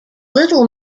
little